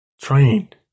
Trained